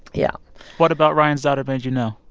yeah what about ryan's daughter made you know?